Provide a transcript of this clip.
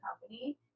company